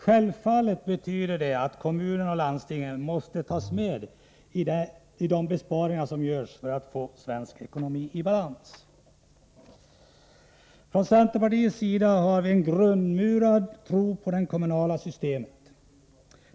Självfallet betyder detta att kommuner och landsting måste tas med i de besparingar som görs för att få svensk ekonomi i balans. Från centerpartiets sida har vi en grundmurad tro på det kommunala systemet.